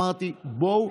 אמרתי: בואו,